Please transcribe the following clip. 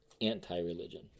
anti-religion